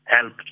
help